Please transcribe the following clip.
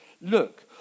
look